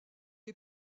est